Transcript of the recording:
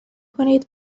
کنید